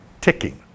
Ticking